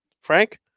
Frank